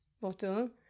bottle